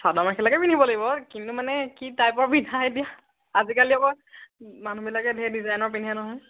চাদৰ মেখেলাকে পিন্ধিব লাগিব কিন্তু মানে কি টাইপৰ পিন্ধা এতিয়া আজিকালি আকৌ মানুহবিলাকে ঢেৰ ডিজাইনৰ পিন্ধে নহয়